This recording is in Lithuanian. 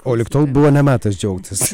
o lig tol buvo ne metas džiaugtis